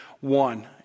one